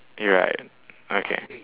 you right okay